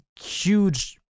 huge